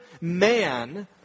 man